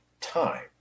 time